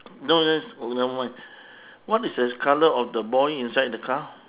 no no it's never mind what is the colour of the boy inside the car